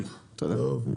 טוב.